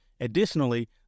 Additionally